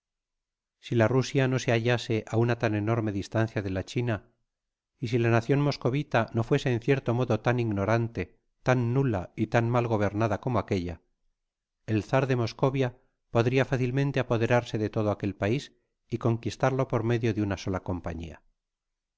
si la rusia no se bailase á una tan enorme distancia de la china y si la'nacion moscovita no fuese en cierto modo tan ignorante tan nula y tan mal gobernada como aquella el czar de moscovia podria fácilmente apoderarse de todo aquel pais y conquistarlo por medio de una sola compañia